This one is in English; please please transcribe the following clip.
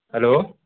hello